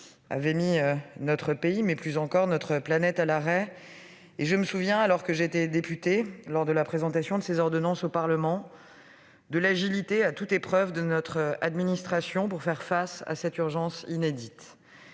avait mis notre pays, et même notre planète, à l'arrêt. Je me souviens, alors que j'étais députée lors de la présentation de ces ordonnances au Parlement, de l'agilité à toute épreuve de notre administration pour faire face à cette urgence inédite.